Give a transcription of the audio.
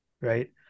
right